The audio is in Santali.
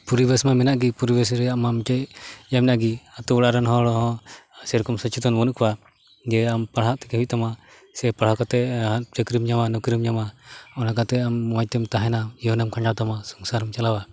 ᱯᱚᱨᱤᱵᱮᱥ ᱢᱟ ᱢᱮᱱᱟᱜ ᱜᱮ ᱯᱚᱨᱤᱵᱮᱥ ᱨᱮᱭᱟᱜ ᱮᱢ ᱞᱟᱹᱜᱤᱫ ᱟᱛᱳ ᱚᱲᱟᱜᱨᱮᱱ ᱦᱚᱲᱦᱚᱸ ᱥᱮᱨᱚᱠᱚᱢ ᱥᱚᱪᱮᱛᱚᱱ ᱵᱟᱹᱱᱩᱜ ᱠᱚᱣᱟ ᱡᱮ ᱟᱢ ᱯᱟᱲᱦᱟᱜ ᱛᱮᱜᱮ ᱦᱩᱭᱩᱜ ᱛᱟᱢᱟ ᱥᱮ ᱯᱟᱲᱦᱟᱣ ᱠᱟᱛᱮ ᱪᱟᱹᱠᱨᱤᱢ ᱧᱟᱢᱟ ᱱᱩᱠᱨᱤᱢ ᱧᱟᱢᱟ ᱚᱱᱟᱠᱟᱛᱮᱫ ᱟᱢ ᱢᱚᱡᱽᱛᱮᱢ ᱛᱟᱦᱮᱱᱟᱢ ᱡᱤᱭᱚᱱᱮᱢ ᱠᱷᱟᱸᱰᱟᱣ ᱛᱟᱢᱟ ᱥᱚᱝᱥᱟᱨᱮᱢ ᱪᱟᱞᱟᱣᱟ